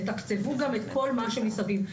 תתקצבו גם את כל מה שמסביב.